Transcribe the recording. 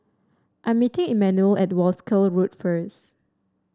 I'm meeting Emmanuel at Wolskel Road first